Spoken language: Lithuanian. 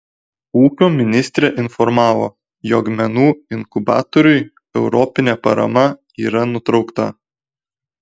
ūkio ministrė informavo jog menų inkubatoriui europinė parama yra nutraukta